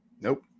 Nope